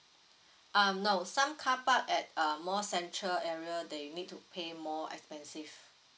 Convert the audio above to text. um no some carpark at uh more central area then you need to pay more expensive